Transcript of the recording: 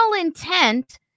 intent